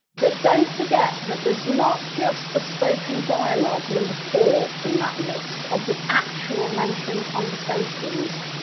but don't forget that there's not just the spoken dialogue, number four, in that list of the actual mentoring conversations.